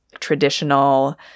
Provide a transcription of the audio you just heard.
traditional